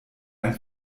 ein